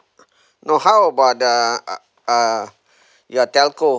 no how about the uh uh your telco